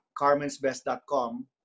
carmensbest.com